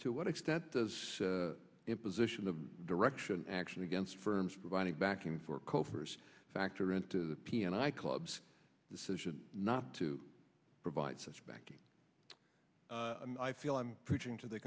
to what extent does the imposition of direction action against firms providing backing for coke first factor into the p and i club's decision not to provide such backing and i feel i'm preaching to the